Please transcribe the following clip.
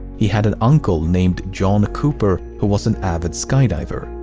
he had an uncle named john cooper, who was an avid skydiver.